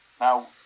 now